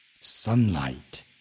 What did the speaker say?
sunlight